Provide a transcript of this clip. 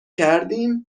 کردیم